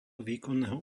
výkonného